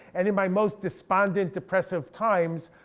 and in my most despondent depressive times,